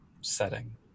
setting